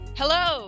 hello